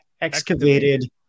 excavated